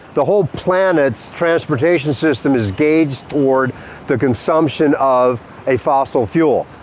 the whole planet's transportation system is gauged toward the consumption of a fossil fuel.